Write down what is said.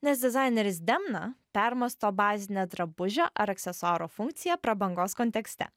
nes dizaineris demna permąsto bazinę drabužio ar aksesuaro funkciją prabangos kontekste